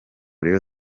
rayon